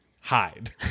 hide